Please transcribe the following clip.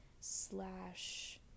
slash